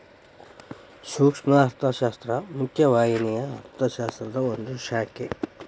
ಸೂಕ್ಷ್ಮ ಅರ್ಥಶಾಸ್ತ್ರ ಮುಖ್ಯ ವಾಹಿನಿಯ ಅರ್ಥಶಾಸ್ತ್ರದ ಒಂದ್ ಶಾಖೆ